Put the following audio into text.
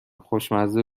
خوشمزه